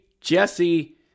Jesse